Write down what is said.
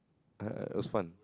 uh it was fun